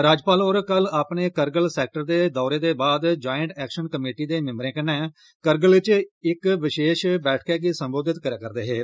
governor होर कल अपने कारगिल सेक्टर दे दौरे दे बाद जायंट एक्शन कमेटी दे मिंबरें कन्नै कारगिल च इक विशेष बैठका गी संबोधत करै करदे हे